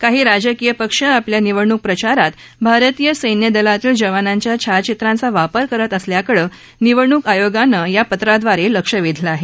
काही राजकीय पक्ष आपल्या निवडणूक प्रचारात भारतीय सैन्यदलातील जवानांच्या छायाचित्रांचा वापर करत असल्याकडं निवडणूक आयोगानं या पत्राद्वारे लक्ष वेधलं आहे